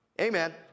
Amen